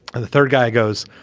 and the third guy goes,